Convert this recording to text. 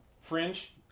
Fringe